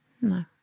No